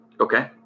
Okay